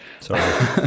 Sorry